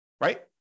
right